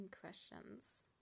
questions